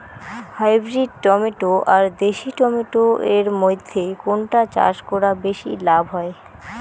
Hybrid tomato আর দেশি tomato এর মইধ্যে কোনটা চাষ করা বেশি লাভ হয়?